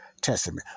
Testament